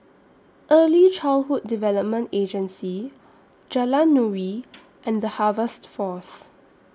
Early Childhood Development Agency Jalan Nuri and The Harvest Force